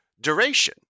duration